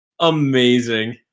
Amazing